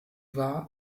war